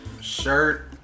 shirt